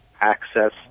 access